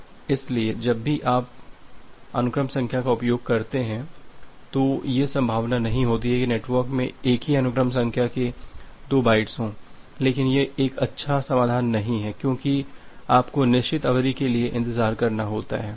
इसलिए जब भी आप एक अनुक्रम संख्या का उपयोग करते हैं तो यह संभावना नहीं होती है कि नेटवर्क में एक ही अनुक्रम संख्या के साथ दो बाइट्स हों लेकिन यह एक अच्छा समाधान नहीं है क्योंकि आपको निश्चित अवधि के लिए इंतजार करना होता है